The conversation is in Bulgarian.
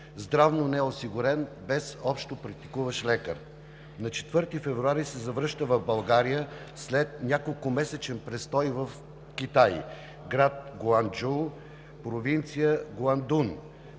здравно неосигурен, без общопрактикуващ лекар. На 4 февруари 2020 г. се завръща в България след няколкомесечен престой в Китай, град Гуанджоу, провинция Гуандун.